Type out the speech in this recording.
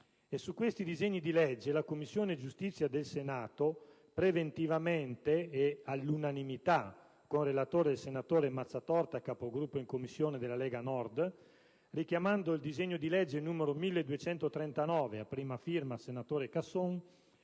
E su questi disegni di legge, la Commissione giustizia del Senato, preventivamente e all'unanimità, con il relatore Mazzatorta, capogruppo in Commissione della Lega Nord, richiamando il disegno di legge n. 1239, di cui il sottoscritto